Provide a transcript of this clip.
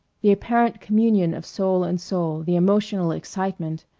the apparent communion of soul and soul, the emotional excitement.